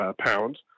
pounds